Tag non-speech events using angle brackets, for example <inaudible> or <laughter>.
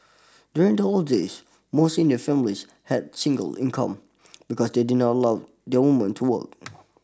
during the old days most Indian families had single income because they did not allow their women to work <noise>